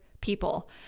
people